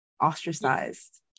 ostracized